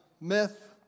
myth